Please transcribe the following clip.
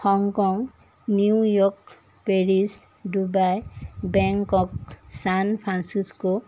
Hong Kong New York Paris Dubai Bangkok San Francisco